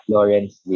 Lawrence